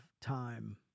time